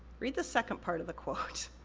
read the second part of the quote.